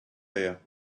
here